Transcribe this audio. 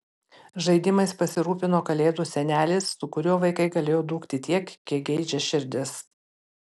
žaidimais pasirūpino kalėdų senelis su kuriuo vaikai galėjo dūkti tiek kiek geidžia širdis